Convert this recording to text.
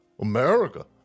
America